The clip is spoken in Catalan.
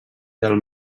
del